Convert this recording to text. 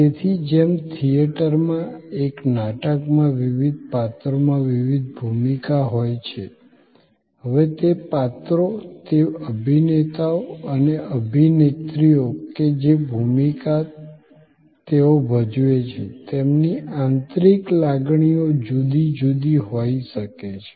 તેથી જેમ થિયેટરમાં એક નાટકમાં વિવિધ પાત્રોમાં વિવિધ ભૂમિકા હોય છે હવે તે પાત્રો તે અભિનેતાઓ અને અભિનેત્રીઓ કે જે ભૂમિકા તેઓ ભજવે છે તેમની આંતરિક લાગણીઓ જુદી જુદી હોઈ શકે છે